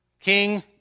King